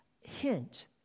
hint